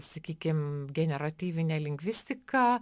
sakykim generatyvinė lingvistika